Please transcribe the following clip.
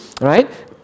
right